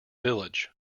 village